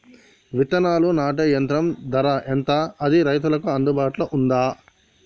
విత్తనాలు నాటే యంత్రం ధర ఎంత అది రైతులకు అందుబాటులో ఉందా?